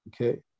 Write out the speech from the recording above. Okay